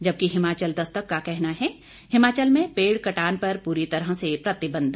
जबकि हिमाचल दस्तक का कहना है हिमाचल में पेड़ कटान पर पूरी तरह से प्रतिबंध